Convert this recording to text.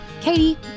Katie